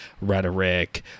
rhetoric